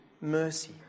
mercy